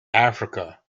africa